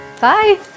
Bye